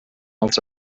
als